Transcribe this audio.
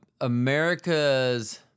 america's